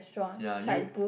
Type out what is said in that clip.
ya you